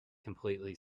completely